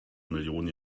millionen